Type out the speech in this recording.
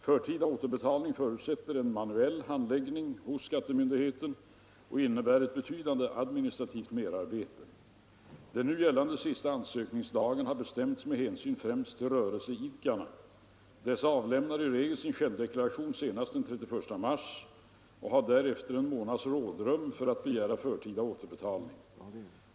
Förtida återbetalning förutsätter en manuell handläggning hos skattemyndigheten och innebär ett betydande administrativt merarbete. Den nu gällande sista ansökningsdagen har bestämts med hänsyn främst till rörelseidkarna. Dessa avlämnar i regel sin självdeklaration senast den 31 mars och har därefter en månads rådrum för att begära förtida återbetalning.